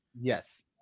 Yes